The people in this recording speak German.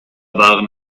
waren